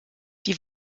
die